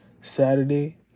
Saturday